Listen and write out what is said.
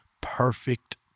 perfect